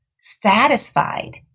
satisfied